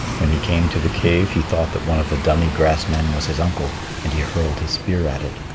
when he came to the cave, he thought that one of the dummy grass men was his uncle and he hurled his spear at it.